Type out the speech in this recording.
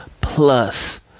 plus